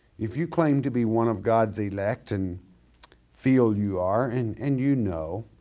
if you claim to be one of god's elect and feel you are, and and you know,